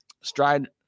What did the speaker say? stride